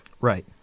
Right